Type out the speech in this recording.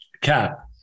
Cap